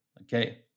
okay